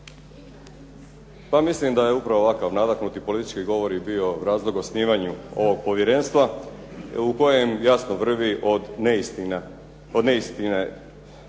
Pa mislim da je upravo ovakav nadahnuti politički govor i bio razlog osnivanju ovog Povjerenstva u kojem jasno vrvi od neistine, a prvo